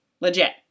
Legit